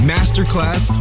Masterclass